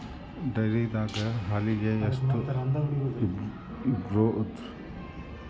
ಡೈರಿದಾಗ ಹಾಲಿಗೆ ಎಷ್ಟು ಇರ್ಬೋದ್?